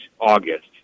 August